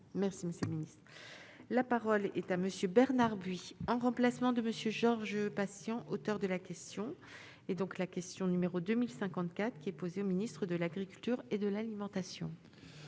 Merci, Monsieur le Ministre, la parole est à monsieur Bernard buis en remplacement de Monsieur Georges Patient, auteur de la question et donc la question numéro 2 1054 qui est posée au ministre de l'Agriculture et de l'alimentation.